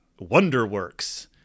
WonderWorks